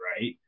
right